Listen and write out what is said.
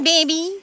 Baby